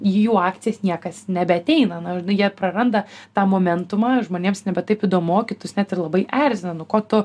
į jų akcijas niekas nebeateina nu jie praranda tą momentumą žmonėms nebe taip įdomu o kitus net ir labai erzina nu ko tu